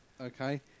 Okay